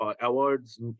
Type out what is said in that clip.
awards